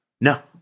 No